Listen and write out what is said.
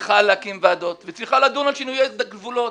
צריך להקים ועדות וצריך לדון על שינויי גבולות.